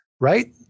right